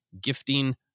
Gifting